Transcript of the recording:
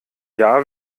jahr